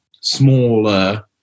smaller